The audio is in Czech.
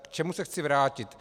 K čemu se chci vrátit.